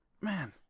man